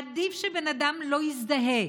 עדיף שבן אדם לא יזדהה,